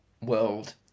world